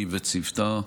היא וצוותה.